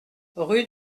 rue